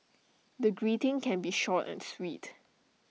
the greeting can be short and sweet